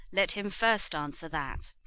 let him first answer that.